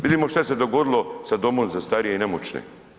Vidimo šta je se dogodilo sa domom za starije i nemoćne.